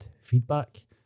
feedback